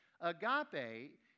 Agape